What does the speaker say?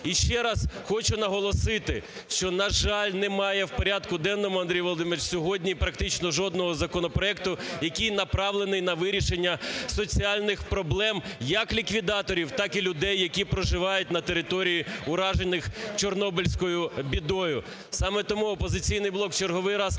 І ще раз хочу наголосити, що, на жаль, немає в порядку денному, Андрій Володимирович, сьогодні практично жодного законопроекту, який направлений на вирішення соціальних проблем як ліквідаторів, так і людей, які проживають на територіях, уражених Чорнобильською бідою. Саме тому "Опозиційний блок" в черговий раз